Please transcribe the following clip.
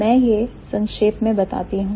मैं से संक्षेप में बताती हूं